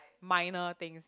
minor thing